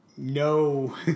No